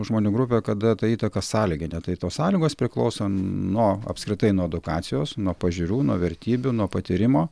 žmonių grupė kada ta įtaka sąlyginė tai tos sąlygos priklauso nuo apskritai nuo edukacijos nuo pažiūrų nuo vertybių nuo patyrimo